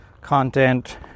content